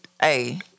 Hey